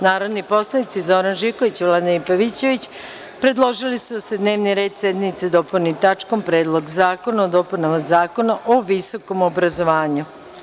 Narodni poslanici Zoran Živković i Vladimir Pavićević predložili su da se dnevni red sednice dopuni tačkom – Predlog zakona o dopunama Zakona o visokom obrazovanju.